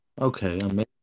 Okay